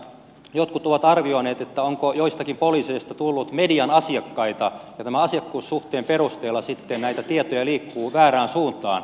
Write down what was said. jotkut ovat arvioineet että onko joistakin poliiseista tullut median asiakkaita ja tämän asiakkuussuhteen perusteella sitten näitä tietoja liikkuu väärään suuntaan